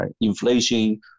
Inflation